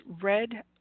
red